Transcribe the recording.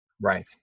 Right